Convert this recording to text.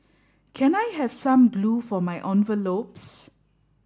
can I have some glue for my envelopes